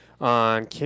on